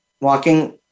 walking